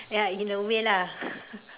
ya in a way lah